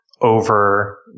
over